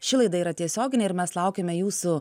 ši laida yra tiesioginė ir mes laukiame jūsų